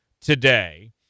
today